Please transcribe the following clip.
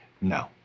no